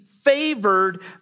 favored